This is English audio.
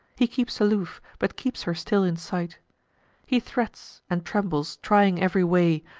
he keeps aloof, but keeps her still in sight he threats, and trembles, trying ev'ry way,